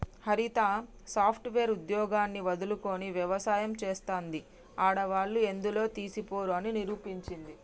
హరిత software ఉద్యోగాన్ని వదులుకొని వ్యవసాయం చెస్తాంది, ఆడవాళ్లు ఎందులో తీసిపోరు అని నిరూపించింది